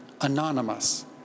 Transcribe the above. anonymous